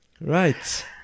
right